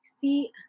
See